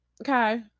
okay